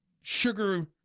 sugar